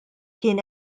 kien